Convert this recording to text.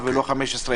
האלה.